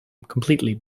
completely